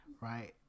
right